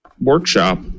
workshop